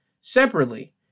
separately